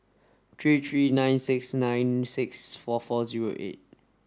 three three nine six nine six four four zero eight